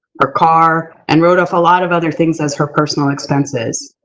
her car, and wrote off a lot of other things as her personal expenses.